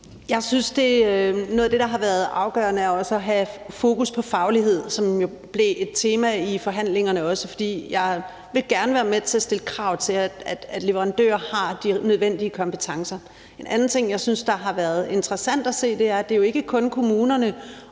Andersen (SF): Noget af det, der har været afgørende, er også at have fokus på faglighed, som jo også blev et tema i forhandlingerne, for jeg vil gerne være med til at stille krav til, at leverandører har de nødvendige kompetencer. En anden ting, jeg synes har været interessant at se, er, at det jo ikke kun er kommunerne